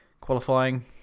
qualifying